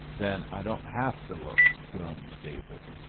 then i don't have to look, groaned david.